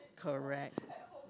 correct